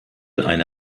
eine